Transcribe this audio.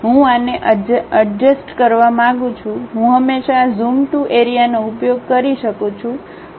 હું આને અડજસ્ત કરવા માંગું છું હું હંમેશા આ ઝૂમ ટુ એરિયાનો ઉપયોગ કરી શકું છું